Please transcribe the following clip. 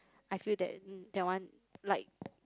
I feel that that one like